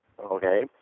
Okay